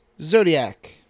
Zodiac